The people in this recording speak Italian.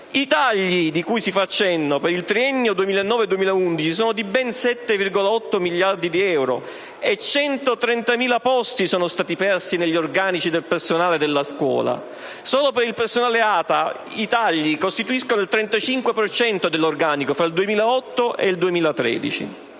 I tagli cui si fa cenno per il triennio 2009‑2011 sono di ben 7,8 miliardi di euro e 130.000 posti sono stati persi negli organici del personale della scuola; solo per il personale ATA i tagli costituiscono il 35 per cento dell'organico tra il 2008 e il 2013,